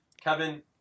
Kevin